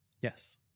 Yes